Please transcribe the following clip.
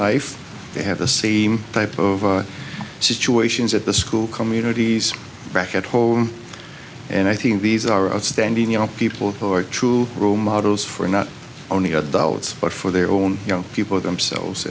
life they have the same type of situations at the school communities back at home and i think these are outstanding young people who are true room models for not only adults but for their own young people themselves